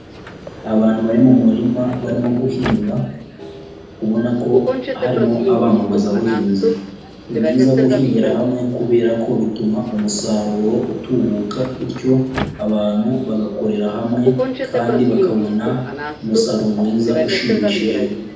Abantu bari mu murima barimo guhinga, ubona ko harimo abamamazabuhinzi. Ni byiza guhingira hamwe kubera ko bituma umusaruro utubuka, bityo abantu bagakorera hamwe kandi bakabona umusaruro mwiza ushimishije.